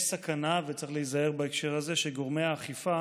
יש סכנה, וצריך להיזהר בהקשר הזה, שגורמי האכיפה